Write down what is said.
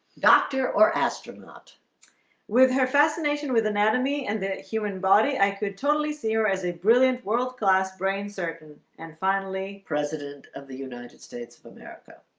doctor or astronaut with her fascination with anatomy and the human body i could totally see her as a brilliant world-class brain surgeon and finally president of the united states of america,